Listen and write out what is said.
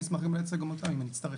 אני אשמח לייצג את המועצה אם אני אצטרך,